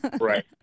Right